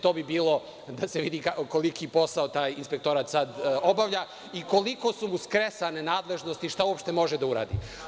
To bi bilo da se vidi koliki posao taj inspektorat sad obavlja i koliko su mu skresane nadležnosti i šta uopšte može da uradi.